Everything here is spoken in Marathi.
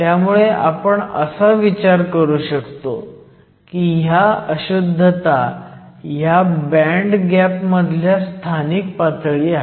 त्यामुळे आपण असा विचार करू शकतो की ह्या अशुध्दता ह्या बँड गॅप मधल्या स्थानिक पातळी आहेत